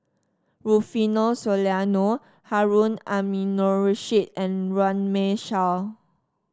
Rufino Soliano Harun Aminurrashid and Runme Shaw